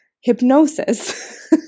hypnosis